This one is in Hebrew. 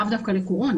לאו דווקא לקורונה.